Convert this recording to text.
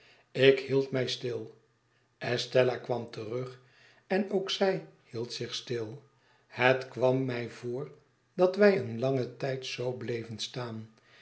ik hield mij stil estella kwam terug en ook zij hield zich stil het kwam mij voor dat wij een langen tijd zoo bleven staan